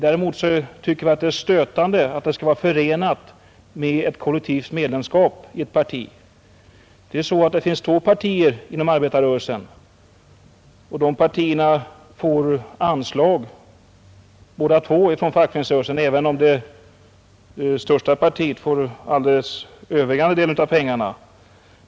Däremot tycker vi att det är stötande att det skall vara förenat med ett kollektivt medlemskap i ett parti. Det är ju så att det finns två partier inom arbetarrörelsen, och de partierna får anslag, båda två, från fackföreningsrörelsen även om det största partiet får den alldeles övervägande delen av pengarna.